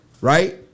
right